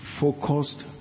focused